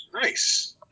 nice